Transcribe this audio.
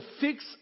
fix